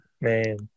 man